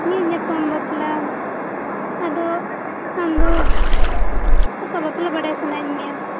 ᱧᱤᱨ ᱧᱟᱯᱟᱢ ᱵᱟᱯᱞᱟ ᱟᱫᱚ ᱟᱢᱫᱚ ᱚᱠᱟ ᱵᱟᱯᱞᱟ ᱵᱟᱰᱟᱭ ᱥᱟᱱᱟᱭᱮᱫ ᱢᱮᱭᱟ